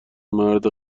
مرد